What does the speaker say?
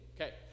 Okay